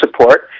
support